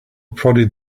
prodded